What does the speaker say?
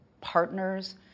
partners